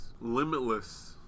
limitless